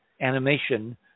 animation